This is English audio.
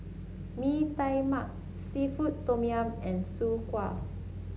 Mee Tai Mak seafood Tom Yum and Soon Kway